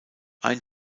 ein